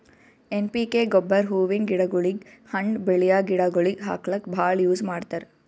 N P K ಗೊಬ್ಬರ್ ಹೂವಿನ್ ಗಿಡಗೋಳಿಗ್, ಹಣ್ಣ್ ಬೆಳ್ಯಾ ಗಿಡಗೋಳಿಗ್ ಹಾಕ್ಲಕ್ಕ್ ಭಾಳ್ ಯೂಸ್ ಮಾಡ್ತರ್